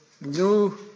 new